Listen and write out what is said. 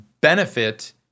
benefit